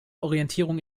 orientierung